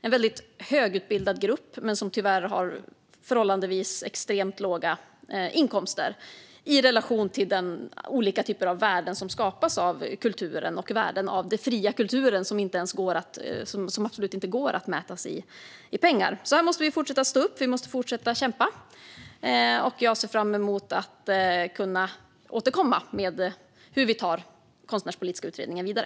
Det är en mycket högutbildad grupp som tyvärr har extremt låga inkomster i relation till de olika typer av värden som skapas av kulturen - och värdet av den fria kulturen, som absolut inte kan mätas i pengar. Här måste vi alltså fortsätta att stå upp och kämpa. Jag ser fram emot att kunna återkomma med hur vi tar den konstnärspolitiska utredningen vidare.